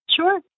Sure